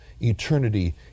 eternity